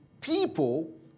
people